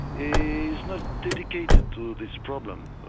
it's not dedicated to this problem